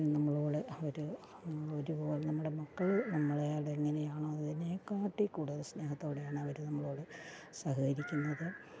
നമ്മളോട് അവർ ഒരു നമ്മുടെ മക്കൾ നമ്മളോടെങ്ങനെയാണോ അതിനെക്കാട്ടിലും കൂടുതൽ സ്നേഹത്തോടെയാണ് അവർ നമ്മളോട് സഹകരിക്കുന്നത്